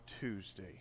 Tuesday